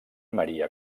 maria